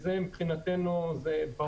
מבחינתנו זה ברור.